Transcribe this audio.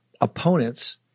opponents